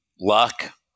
luck